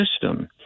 system